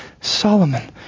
Solomon